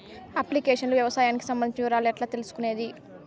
Application లో వ్యవసాయానికి సంబంధించిన వివరాలు ఎట్లా తెలుసుకొనేది?